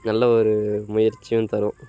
நல்ல ஒரு முயற்சியும் தரும்